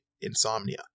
insomnia